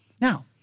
now